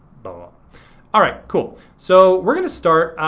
but alright, cool. so we're gonna start.